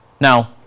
Now